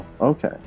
Okay